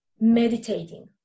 meditating